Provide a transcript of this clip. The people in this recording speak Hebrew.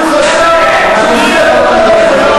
חסון, תדייק.